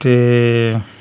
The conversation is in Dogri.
ते